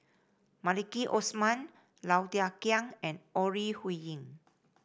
Maliki Osman Low Thia Khiang and Ore Huiying